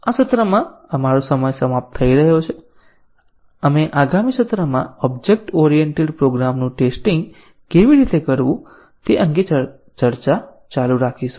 આ સત્રમાં આપણો સમય સમાપ્ત થઈ રહ્યો છે આપણે આગામી સત્રમાં ઓબ્જેક્ટ ઓરિએન્ટેડ પ્રોગ્રામનું ટેસ્ટીંગ કેવી રીતે કરવું તે અંગે ચર્ચા ચાલુ રાખીશું